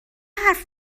حرف